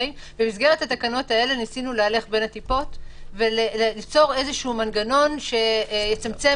במסגרת התקנות האלה ניסינו להלך בין הטיפות וליצור מנגנון שיצמצם